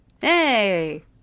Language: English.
Hey